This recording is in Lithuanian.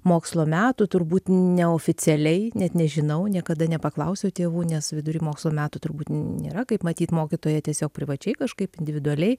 mokslo metų turbūt neoficialiai net nežinau niekada nepaklausiau tėvų nes vidury mokslo metų turbūt nėra kaip matyt mokytoja tiesiog privačiai kažkaip individualiai